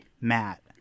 Matt